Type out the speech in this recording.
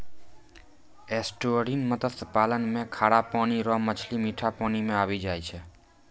estuarine मत्स्य पालन मे खारा पानी रो मछली मीठा पानी मे आबी जाय छै